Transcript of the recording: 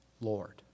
Lord